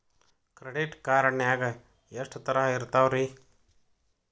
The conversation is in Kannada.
ಕ್ರೆಡಿಟ್ ಕಾರ್ಡ್ ನಾಗ ಎಷ್ಟು ತರಹ ಇರ್ತಾವ್ರಿ?